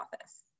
office